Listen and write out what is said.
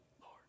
Lord